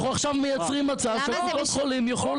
אנחנו עכשיו מייצרים מצב שקופות חולים יוכלו